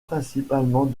principalement